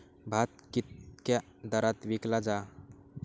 भात कित्क्या दरात विकला जा?